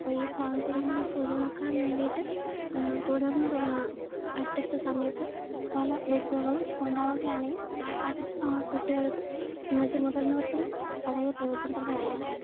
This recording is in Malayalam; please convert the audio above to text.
അപ്പ ഈ സാഹചര്യങ്ങളേക്കെ ഒഴിവാക്കാൻ വേണ്ടിയിട്ട് തുടർന്ന് അടുത്തടുത്ത സമയത്ത് പല ബസ്സുകളും ഉണ്ടാവുകയാണെങ്കിൽ പല കുട്ടികൾക്കും മറ്റ് മുതിർന്നവർക്കും വളരെ പ്രയോജനപ്രദമായിരിക്കും